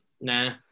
Nah